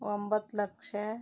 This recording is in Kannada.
ಒಂಬತ್ತು ಲಕ್ಷ